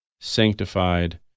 sanctified